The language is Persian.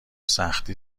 سختی